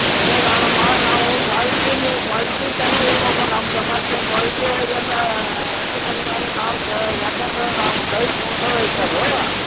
ಏನು ಅಲ್ಲಮ್ಮ ನಾವು ಕ್ವಾಲಿಟಿ ನೀವು ಕ್ವಾಲಿಟಿ ಚೆನ್ನಾಗಿರ್ಬೇಕು ನಮ್ಗೆ ಮತ್ತೆ ಕ್ವಾಲಿಟಿ ಒಳಗೆ ಏನರ ಹೆಚ್ಚು ಕಡಿಮೆ ಆದ್ರೆ ನಾವು ಕೇಳಲ್ಲ ಯಾಕಂದ್ರೆ ನಾವು ಐತೆ ಅದು